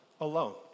alone